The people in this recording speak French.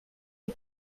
les